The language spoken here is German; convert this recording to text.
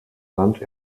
land